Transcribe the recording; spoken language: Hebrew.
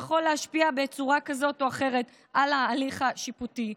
שיכול להשפיע בצורה כזאת או אחרת על ההליך השיפוטי.